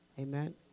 Amen